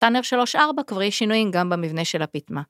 טאנר 3-4 קברי שינויים גם במבנה של הפתמה.